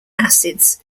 acids